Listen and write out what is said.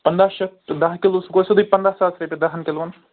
پنٛداہ شتھ تہٕ دَہ کِلو سُہ گوٚو سیوٚدُے پنٛداہ ساس رۄپیہِ دَہن کلووَن